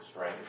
right